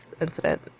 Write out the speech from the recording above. incident